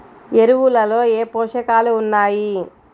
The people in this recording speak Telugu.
ఎరువులలో ఏ పోషకాలు ఉన్నాయి?